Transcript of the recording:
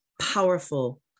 powerful